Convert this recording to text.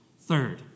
Third